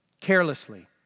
carelessly